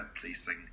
policing